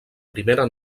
primera